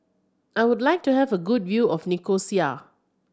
I would like to have a good view of Nicosia